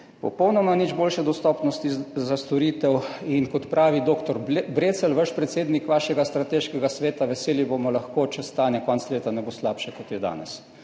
popolnoma nič boljše dostopnosti za storitev. In kot pravi dr. Brecelj, vaš predsednik vašega strateškega sveta: »Veseli bomo lahko, če stanje konec leta ne bo slabše, kot je danes.«